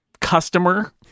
customer